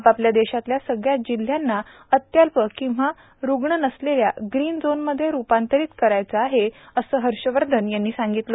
आपल्याला देशातल्या सगळ्या जिल्ह्यांना अत्यल्प किंवा रुग्ण नसलेल्या ग्रान झोनमधे रुपांतरित करायचं असल्याचं हर्षवर्धन यांनी सांगितलं